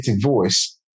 voice